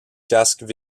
casques